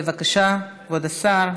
בבקשה, כבוד השר.